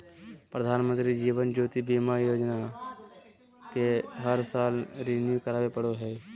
प्रधानमंत्री जीवन ज्योति बीमा योजना के हर साल रिन्यू करावे पड़ो हइ